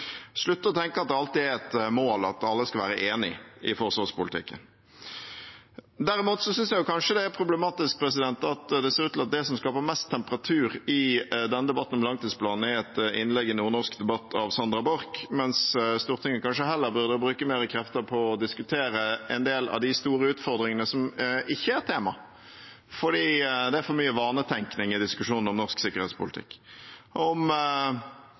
å tenke at det alltid er et mål at alle skal være enige i forsvarspolitikken. Derimot syns jeg kanskje det er problematisk at det ser ut til at det som skaper mest temperatur i denne debatten om langtidsplanen, er et innlegg i Nordnorsk debatt av Sandra Borch, mens Stortinget kanskje heller burde bruke mer krefter på å diskutere en del av de store utfordringene som ikke er tema fordi det er for mye vanetenkning i diskusjonen om norsk sikkerhetspolitikk: om